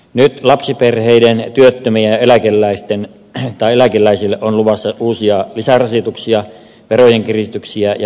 nyt lapsiperheille työttömille eläkeläisille on luvassa uusia lisärasituksia verojen kiristyksiä ja menoleikkauksia